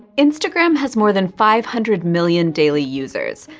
instagram has more than five hundred million daily users,